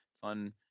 fun